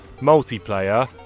multiplayer